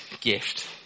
gift